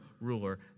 ruler